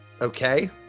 okay